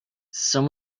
some